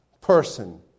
person